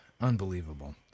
unbelievable